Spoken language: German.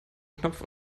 knopf